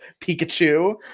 Pikachu